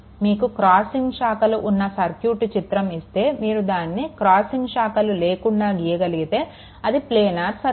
మీకు క్రాసింగ్ శాఖలు ఉన్న సర్క్యూట్ చిత్రం ఇస్తే మీరు దానిని క్రాసింగ్ శాఖలు లేకుండా గీయగలిగితే అది ప్లానర్ సర్క్యూట్